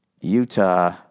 Utah